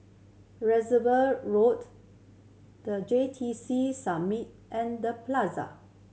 Reservoir Road The J T C Summit and The Plaza